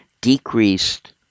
decreased